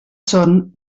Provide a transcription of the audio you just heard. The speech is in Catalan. són